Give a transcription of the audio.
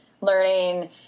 learning